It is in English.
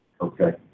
Okay